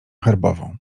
herbową